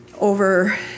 over